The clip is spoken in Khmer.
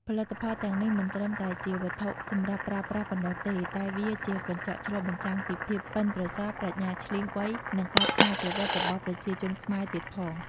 ផលិតផលទាំងនេះមិនត្រឹមតែជាវត្ថុសម្រាប់ប្រើប្រាស់ប៉ុណ្ណោះទេ តែវាជាកញ្ចក់ឆ្លុះបញ្ចាំងពីភាពប៉ិនប្រសប់ ប្រាជ្ញាឈ្លាសវៃ និងការច្នៃប្រឌិតរបស់ប្រជាជនខ្មែរទៀតផង។